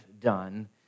done